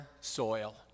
soil